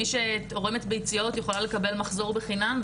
מי שתורמת ביציות יכולה לקבל מחזור בחינם,